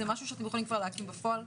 זה משהו שאתם יכולים להקים בפועל?